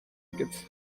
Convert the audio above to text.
advocates